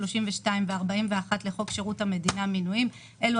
32 ו-41 לחוק שירות המדינה (מינויים) אלו